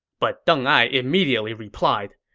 but deng ai immediately replied,